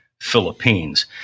Philippines